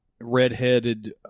redheaded